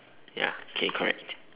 ya okay correct